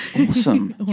Awesome